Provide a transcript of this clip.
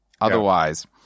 otherwise